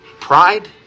Pride